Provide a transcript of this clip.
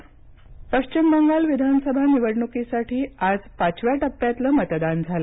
मतदान पश्चिम बंगाल विधानसभा निवडणुकीसाठी आज पाचव्या टप्प्यातलं मतदान झालं